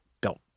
built